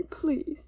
Please